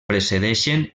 precedeixen